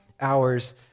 hours